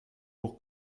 pour